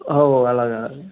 ఓహ్ అలాగా